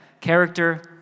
Character